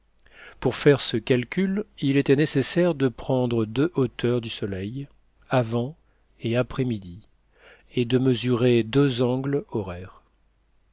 pour faire ce calcul il était nécessaire de prendre deux hauteurs du soleil avant et après midi et de mesurer deux angles horaires